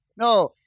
No